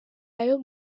ayo